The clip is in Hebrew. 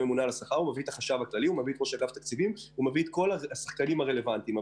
והוא היה מרכז את כל הגורמים הרלוונטיים.